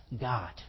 God